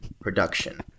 production